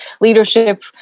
leadership